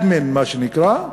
admin, מה שנקרא,